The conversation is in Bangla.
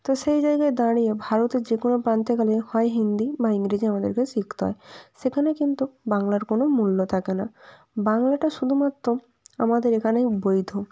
তো সেই জায়গায় দাঁড়িয়ে ভারতের যে কোনো প্রান্তে গেলেই হয় হিন্দি বা ইংরেজি আমাদেরকে শিখতে হয় সেখানে কিন্তু বাংলার কোনো মূল্য থাকে না বাংলাটা শুধুমাত্র আমাদের এখানেই বৈধ